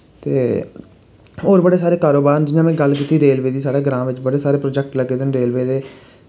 ते और बड़े सारे कारोबार न जि'यां में गल्ल कीती रेलवे दी साढ़ै ग्रां बिच बड़े सारे प्रोजैक्ट लग्गे दे न रेलवे दे